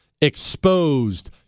exposed